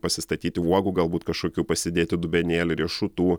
pasistatyti uogų galbūt kažkokių pasidėti dubenėlį riešutų